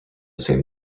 same